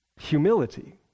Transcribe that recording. humility